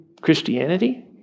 Christianity